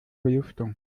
belüftung